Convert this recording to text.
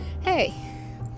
hey